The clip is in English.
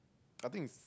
I think is